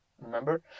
remember